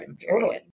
period